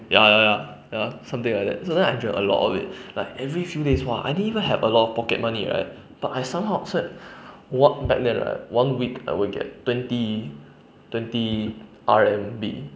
ya ya ya ya something like that so then I drank a lot of it like every few days !wah! I didn't even have a lot of pocket money right but I somehow spend one back then right one week I'll get twenty twenty R_M_B